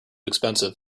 expensive